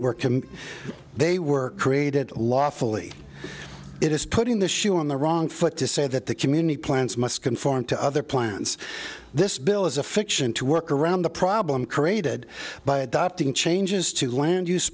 can they were created lawfully it is putting the shoe on the wrong foot to say that the community plants must conform to other plans this bill is a fiction to work around the problem created by adopting changes to land